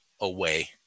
away